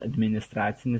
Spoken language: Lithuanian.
administracinis